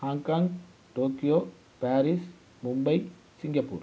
Hong Kong Tokyo Paris Mumbai Singapore